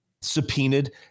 subpoenaed